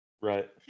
Right